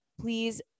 please